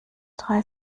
drei